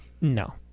No